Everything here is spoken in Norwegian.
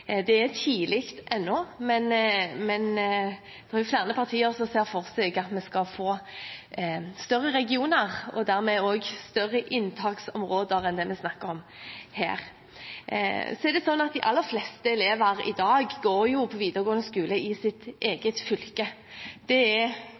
Det er tidlig ennå, men det er flere partier som ser for seg at vi skal få større regioner, og dermed også større inntaksområder enn det vi snakker om her. De aller fleste elever i dag går jo på videregående skole i sitt